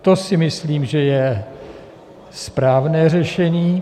To si myslím, že je správné řešení.